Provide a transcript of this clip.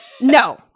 no